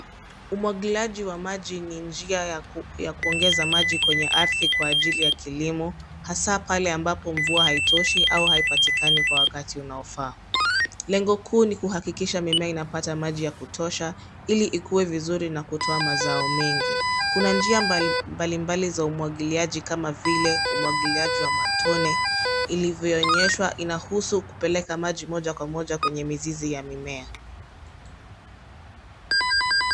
Umwagiliaji wa maji ni njia ya kuongeza maji kwenye ardhi kwa ajili ya kilimo, hasa pale ambapo mvua haitoshi au haipatikani kwa wakati unaofaa. Lengo kuu ni kuhakikisha mimea inapata maji ya kutosha ili ikue vizuri na kutoa mazao mengi. Kuna njia mbalimbali za umwagiliaji kama vile umwagiliaji wa matone, ilivyoonyeshwa inahusu kupeleka maji moja kwa moja kwenye mizizi ya mimea.